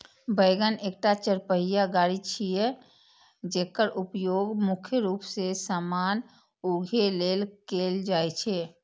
wagon एकटा चरपहिया गाड़ी छियै, जेकर उपयोग मुख्य रूप मे सामान उघै लेल कैल जाइ छै